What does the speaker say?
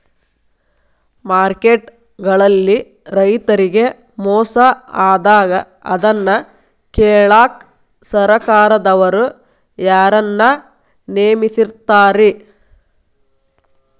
Market ಗಳಲ್ಲಿ ರೈತರಿಗೆ ಮೋಸ ಆದಾಗ ಅದನ್ನ ಕೇಳಾಕ್ ಸರಕಾರದವರು ಯಾರನ್ನಾ ನೇಮಿಸಿರ್ತಾರಿ?